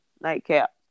nightcap